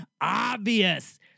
obvious